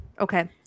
Okay